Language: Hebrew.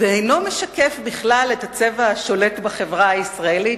ואינו משקף בכלל את הצבע השולט בחברה הישראלית,